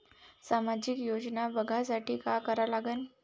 सामाजिक योजना बघासाठी का करा लागन?